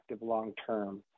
long-term